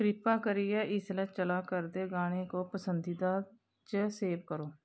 कृपा करियै इसलै चला करदे गाने को पसंदीदा च सेव करो